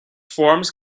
forms